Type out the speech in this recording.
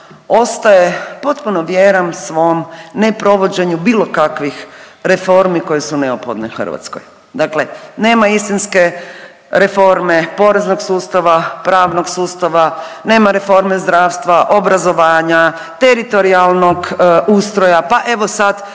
ostaje potpuno vjeran svom neprovođenju bilo kakvih reformi koje su neophodne Hrvatskoj. Dakle, nema istinske reforme, poreznog sustava, pravnog sustava, nema reforme zdravstva, obrazovanja, teritorijalnog ustroja, pa evo sad